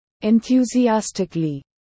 enthusiastically